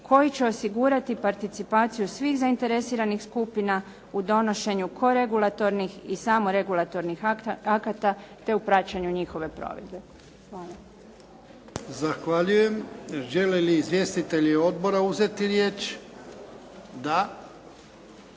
koji će osigurati participaciju svih zainteresiranih skupina u donošenju koregulatornih i samoregulatornih akata, te u praćenju njihove provedbe. Hvala. **Jarnjak, Ivan (HDZ)** Zahvaljujem. Žele li izvjestitelji odbora uzeti riječ? Da.